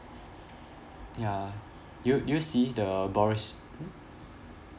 ya do you do you see the boris